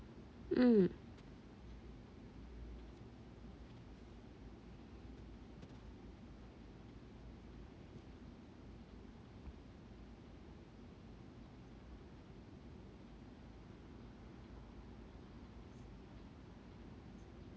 mm